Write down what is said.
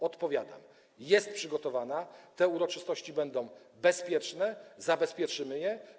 Odpowiadam: jest przygotowana, te uroczystości będą bezpieczne, zabezpieczymy je.